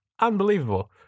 unbelievable